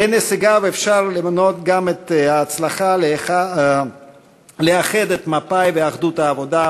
בין הישגיו אפשר למנות גם את ההצלחה לאחד את מפא"י ואחדות העבודה,